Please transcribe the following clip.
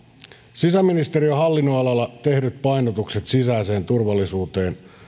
sisäministeriön hallinnonalalla tehdyt painotukset sisäiseen turvallisuuteen